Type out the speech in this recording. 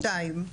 שתיים,